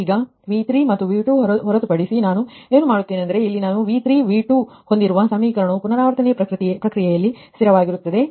ಈಗ V3 ಮತ್ತು V2 ಹೊರತುಪಡಿಸಿ ನಾನು ಏನು ಮಾಡುತ್ತೇನೆಂದರೆ ಇಲ್ಲಿ ನಾನು V3 ಮತ್ತು V2 ಹೊಂದಿರುವ ಸಮೀಕರಣವು ಪುನರಾವರ್ತನೆಯ ಪ್ರಕ್ರಿಯೆಯಲ್ಲಿ ಸ್ಥಿರವಾಗಿರುತ್ತದೆ